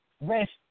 rest